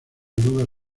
nubes